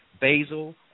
basil